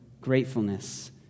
gratefulness